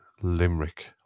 Limerick